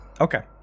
Okay